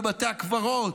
בבתי הקברות,